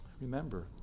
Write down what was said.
Remember